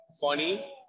funny